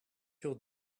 your